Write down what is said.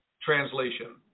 translation